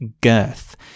girth